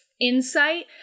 insight